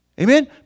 Amen